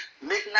midnight